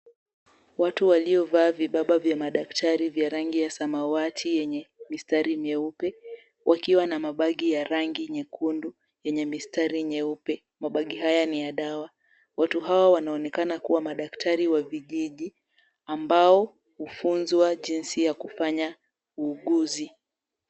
Watu waliovaa vibaba vya madaktari vya rangi ya samawati yenye mistari mieupe wakiwa na mabagi ya rangi nyekundu yenye mistari nyeupe. Mabagi haya ni ya dawa. Watu hawa wanaonekana kuwa madaktari wa vijiji ambao hufunzwa jinsi ya kufanya uuguzi.